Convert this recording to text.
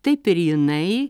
taip ir jinai